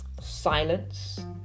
silence